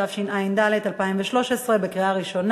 התשע"ד 2013,